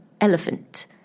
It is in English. Elephant